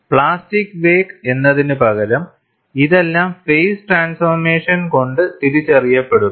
plastic wake എന്നതിനുപകരം ഇതെല്ലാം phase transformation കൊണ്ട് തിരിച്ചറിയപ്പെടുന്നു